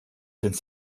sind